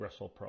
WrestlePro